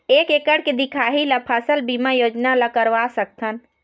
एक एकड़ के दिखाही ला फसल बीमा योजना ला करवा सकथन?